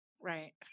Right